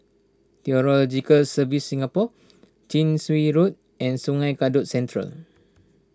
Meteorological Services Singapore Chin Swee Road and Sungei Kadut Central